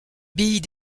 billes